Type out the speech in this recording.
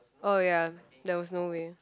oh ya there was no way